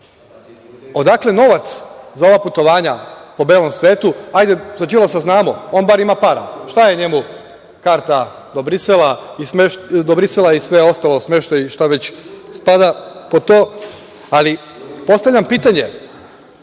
odakle novac za ova putovanja po belom svetu, ajde za Đilasa znamo, on bar ima para, šta je njemu karta do Brisela i sve ostalo, smeštaj i šta već spada pod to, ali postavljam pitanje